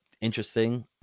Interesting